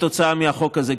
כתוצאה מהחוק הזה,